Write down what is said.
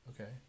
Okay